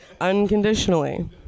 Unconditionally